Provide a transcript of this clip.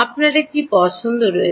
আপনার একটি পছন্দ রয়েছে